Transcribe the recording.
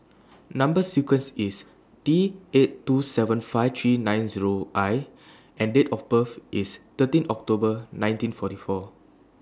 Number sequence IS T eight two seven five three nine Zero I and Date of birth IS thirteen October nineteen forty four